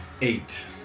eight